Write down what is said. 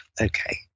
Okay